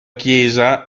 chiesa